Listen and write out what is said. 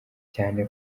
cyane